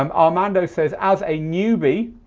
um armando says as a newbie,